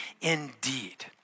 indeed